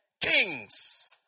Kings